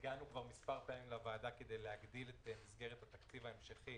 הגענו כבר מספר פעמים לוועדה כדי להגדיל את מסגרת התקציב ההמשכי